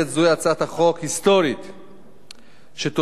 שתוביל לשיפור שירותי הכבאות וההצלה